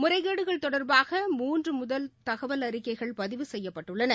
முறைகேடுகள் தொடா்பாக மூன்றுமுதல் தகவல் அறிக்கைகள் பதிவு செய்யப்பட்டுள்ளன